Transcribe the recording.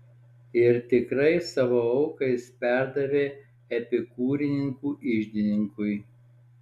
ir tikrai savo auką jis perdavė epikūrininkų iždininkui